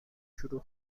شروع